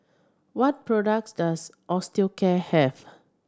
what products does Osteocare have